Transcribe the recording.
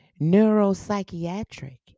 neuropsychiatric